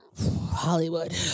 hollywood